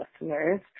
listeners